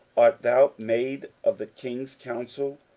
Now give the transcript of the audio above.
art thou made of the king's counsel?